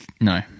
No